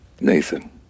Nathan